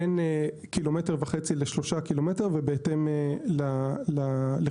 בין 1.5 ל-3 ק"מ ובהתאם ללחצים.